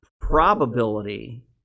probability